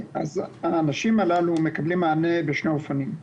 האנשים הללו מקבלים מענה בשני אופנים.